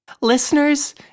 Listeners